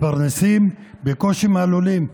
מתפרנסים בקושי מהלולים,